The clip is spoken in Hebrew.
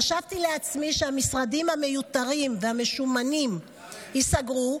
חשבתי לעצמי שהמשרדים המיותרים והמשומנים ייסגרו,